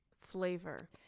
flavor